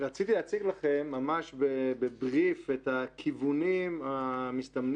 רציתי להציג לכם ממש ב-brief את הכיוונים המסתמנים.